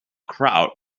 crowd